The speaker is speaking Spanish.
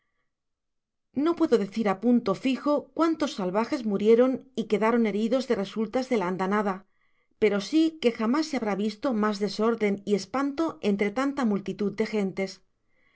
no puedo decir á punto fijo cuántos salvajes murieron y quedaron heridos de resultas de la andanada pero si que jamás se habrá visto mas desorden y espanto entre tanta multitud de gentes